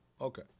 Okay